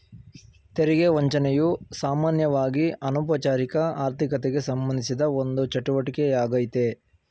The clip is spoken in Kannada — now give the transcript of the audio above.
ತೆರಿಗೆ ವಂಚನೆಯು ಸಾಮಾನ್ಯವಾಗಿಅನೌಪಚಾರಿಕ ಆರ್ಥಿಕತೆಗೆಸಂಬಂಧಿಸಿದ ಒಂದು ಚಟುವಟಿಕೆ ಯಾಗ್ಯತೆ